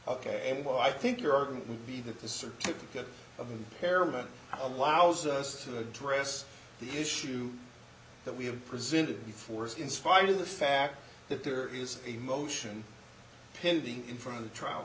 ok well i think your argument would be that the certificate of impairment allows us to address the issue that we have presented before us in spite of the fact that there is a motion pending in front of the trial